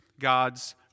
God's